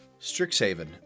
Strixhaven